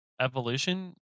evolution